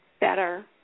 better